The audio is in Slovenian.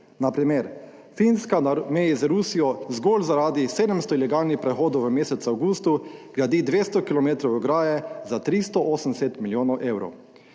Na primer, Finska na meji z Rusijo zgolj zaradi 700 ilegalnih prehodov v mesecu avgustu gradi 200 km ograje za 380 milijonov evrov.